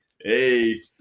Hey